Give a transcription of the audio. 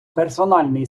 персональний